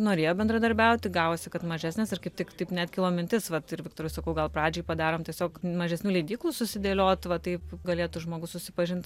norėjo bendradarbiauti gavosi kad mažesnės ir kaip tik taip net kilo mintis vat ir viktorui sakau gal pradžioj padarome tiesiog mažesnių leidyklų susidėliot va taip galėtų žmogus susipažint